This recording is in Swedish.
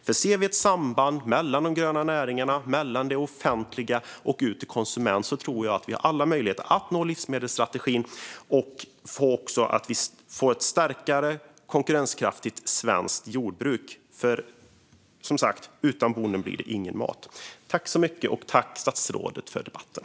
Om vi ser ett samband mellan de gröna näringarna, det offentliga och ut till konsument tror jag att vi har alla möjligheter att nå livsmedelsstrategin och också få ett starkare och konkurrenskraftigt svenskt jordbruk. Som sagt, utan bonden blir det ingen mat! Tack, statsrådet, för debatten!